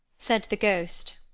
said the ghost,